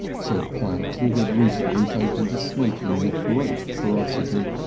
said platt, who had recently taken to smoking with great ferocity.